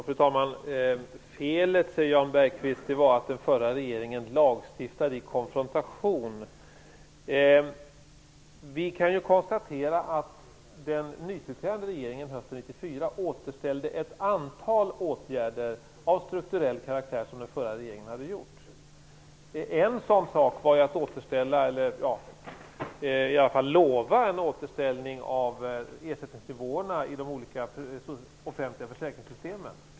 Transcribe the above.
Fru talman! Jan Bergqvist säger att felet var att den förra regeringen lagstiftade i konfrontation. Vi kan konstatera att den nytillträdande regeringen hösten 1994 återställde ett antal åtgärder av strukturell karaktär som den förra regeringen hade vidtagit. Ett exempel på detta var att man lovade en återställning av ersättningsnivåerna i de olika offentliga försäkringssystemen.